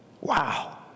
Wow